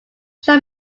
show